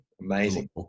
amazing